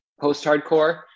post-hardcore